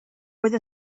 with